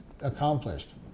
accomplished